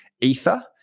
ether